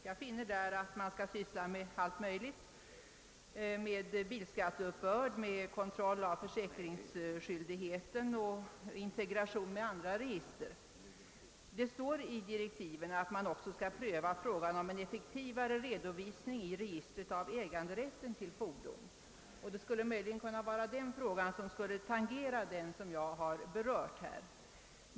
Jag har då funnit att denna skall syssla med allt möjligt: bilskattuppbörd, kontroll av försäkringsskyldigheten och integrationen med andra register. Det står i direktiven att man också skall pröva frågan om en effektivare redovisning i registret av äganderätten till fordonen. Denna uppgift skulle möjligen kunna tangera den sak som jag här har berört.